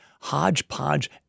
hodgepodge